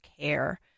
care